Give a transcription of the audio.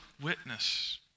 witness